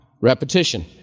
Repetition